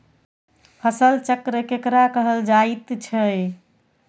फसल चक्र केकरा कहल जायत छै?